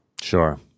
Sure